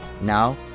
Now